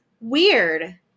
Weird